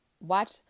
watch